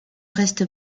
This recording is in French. reste